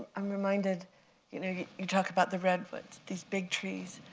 i'm reminded you know you talk about the redwoods, these big trees.